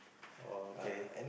okay